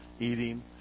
eating